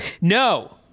No